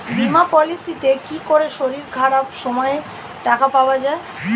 বীমা পলিসিতে কি করে শরীর খারাপ সময় টাকা পাওয়া যায়?